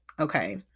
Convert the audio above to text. okay